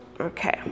Okay